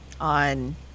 on